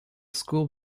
school